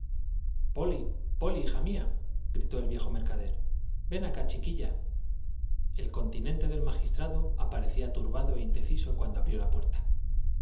polly polly hija mía gritó el viejo mercader ven acá chiquilla el continente del magistrado aparecía turbado e indeciso cuando abrió la puerta